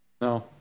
No